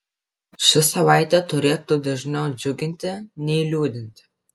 ši savaitė turėtų dažniau džiuginti nei liūdinti